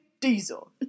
Diesel